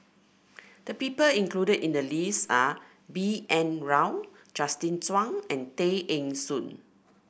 the people included in the list are B N Rao Justin Zhuang and Tay Eng Soon